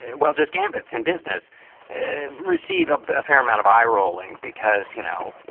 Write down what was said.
well, just gambits in business and receive a but fair amount of eye rolling because, you know,